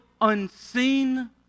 unseen